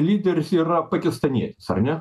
lyderis yra pakistanietis ar ne